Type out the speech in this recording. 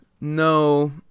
No